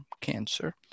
cancer